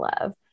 love